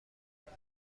خونه